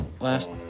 last